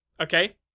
Okay